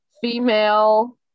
female